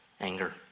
anger